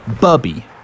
Bubby